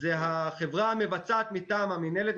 זו החברה המבצעת מטעם המנהלת,